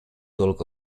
talk